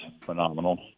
phenomenal